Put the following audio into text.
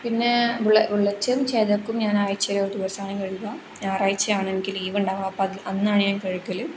പിന്നെ ബുള്ളറ്റും ചേതയ്ക്കും ഞാൻ ആഴ്ചയിൽ ഒരു ദിവസമാണ് കഴുകുക ഞായറാഴ്ചയാണ് എനിക്ക് ലീവ് ഉണ്ടാവുക അപ്പം അത് അന്നാണ് ഞാൻ കഴിക്കൽ